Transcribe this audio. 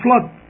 flood